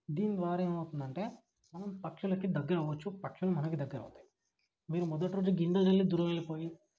దీని ద్వారా ఏమవుతుందంటే మనం పక్షులకి దగ్గరవ్వచ్చు పక్షులు మనకి దగ్గరవుతాయి మీరు మొదటి రోజు గింజలు జల్లి దూరం వెళ్ళిపోయి